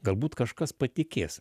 galbūt kažkas patikės